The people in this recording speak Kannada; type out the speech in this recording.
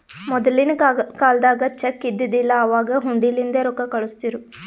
ಮೊದಲಿನ ಕಾಲ್ದಾಗ ಚೆಕ್ ಇದ್ದಿದಿಲ್ಲ, ಅವಾಗ್ ಹುಂಡಿಲಿಂದೇ ರೊಕ್ಕಾ ಕಳುಸ್ತಿರು